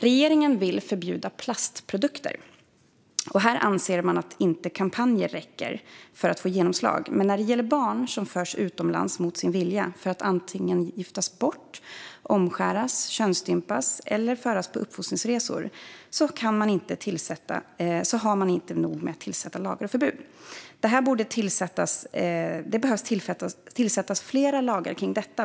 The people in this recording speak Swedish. Regeringen vill förbjuda plastprodukter och anser att kampanjer inte räcker för att få genomslag. Men när det gäller barn som mot sin vilja förs utomlands på uppfostringsresor eller för att giftas bort, omskäras eller könsstympas inför inte regeringen lagar eller förbud. Det behöver införas fler lagar mot detta.